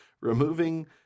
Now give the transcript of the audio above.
removing